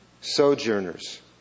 sojourners